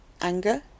anger